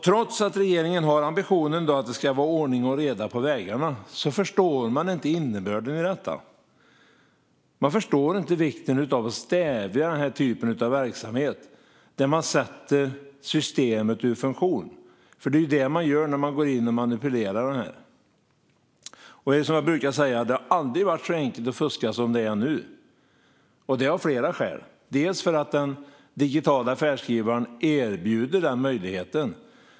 Trots att regeringen har ambitionen att det ska vara ordning och reda på vägarna förstår man inte innebörden i detta. Man förstår inte vikten av att stävja den typ av verksamhet där man sätter systemet ur funktion. Det är ju det man gör när man går in och manipulerar färdskrivaren. Som jag brukar säga: Det har aldrig varit så enkelt att fuska som det är nu. Så är det av flera skäl. Den digitala färdskrivaren erbjuder den möjligheten.